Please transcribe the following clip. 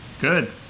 Good